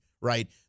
right